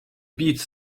beat